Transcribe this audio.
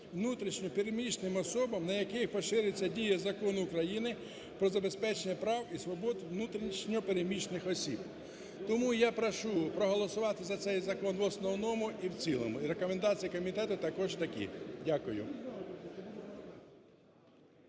внутрішньо переміщеним особам, на яких пошириться дія Закону України про забезпечення прав і свобод внутрішньо переміщених осіб. Тому я прошу проголосувати за цей закон в основному і в цілому. І рекомендації комітету також такі. Дякую.